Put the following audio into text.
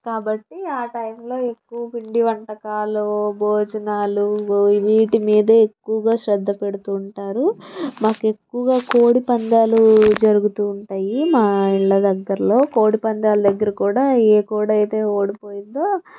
కాబట్టి ఆ టైంలో ఎక్కువ పిండి వంటకాలు భోజనాలు వీటి మీదే ఎక్కువగా శ్రద్ధ పెడుతు ఉంటారు మాకు ఎక్కువగా కోడిపందాలు జరుగుతు ఉంటాయి మా ఇళ్ళ దగ్గరలో కోడిపందాల దగ్గర కూడా ఏ కోడి అయితే ఓడిపోయిందో